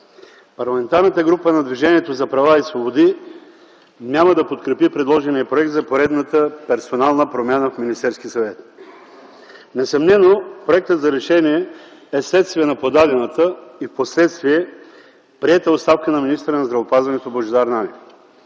Парламентарната група на Движението за права и свободи няма да подкрепи предложения проект за поредната персонална промяна в Министерския съвет. Несъмнено Проектът за решение е вследствие на подадената и впоследствие приета оставка на министъра на здравеопазването Божидар Нанев.